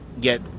get